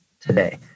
today